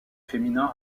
féminin